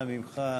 אנא ממך,